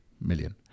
million